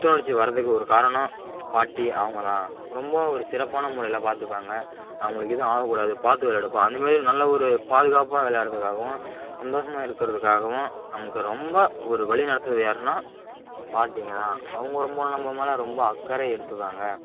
புத்துணர்ச்சி வரதுக்கு ஒரு காரணம் பாட்டி அவங்கதான் ரொம்பவும் ஒரு சிறப்பான முறையில் பார்த்துப்பாங்க அவங்களுக்கு எதுவும் ஆக கூடாது பார்த்து விளையாடுப்பா அந்தமாதிரி நல்ல ஒரு பாதுகாப்பாக விளையாடுறதுக்காகவும் சந்தோஷமாக இருக்கிறதுக்காகவும் நமக்கு ரொம்ப ஒரு வழி நடத்துறது யாருன்னா பாட்டிங்கதான் அவங்க ரொம்ப நம்ம மேலே ரொம்ப அக்கறை எடுத்துக்குவாங்க